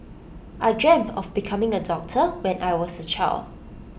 I dreamt of becoming A doctor when I was A child